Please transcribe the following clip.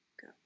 go